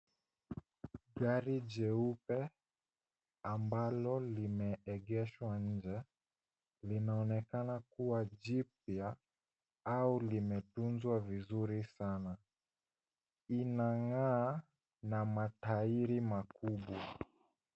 Gari cheupe ambalo limeegeshwa nje linaonekana kuwa jipya au limetunzwa vizuri sana. Inang'aa na matairi makubwa.